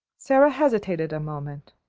sara hesitated a moment.